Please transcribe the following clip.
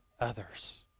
others